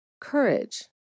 courage